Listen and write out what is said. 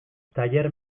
tailer